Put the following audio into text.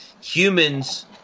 humans